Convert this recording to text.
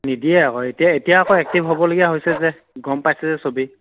নিদিয়ে আকৌ এতিয়া এতিয়া আকৌ এক্টিভ হ'বলগীয়া হৈছে যে গম পাইছে যে ছবি